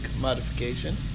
modification